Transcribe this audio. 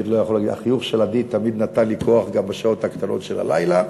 החיוך של עדי תמיד נתן לי כוח גם בשעות הקטנות של הלילה.